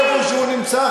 איפה שהוא נמצא,